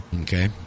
Okay